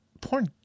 porn